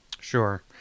sure